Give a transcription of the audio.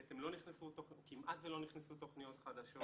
בעצם כמעט ולא נכנסו תוכניות חדשות,